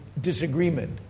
disagreement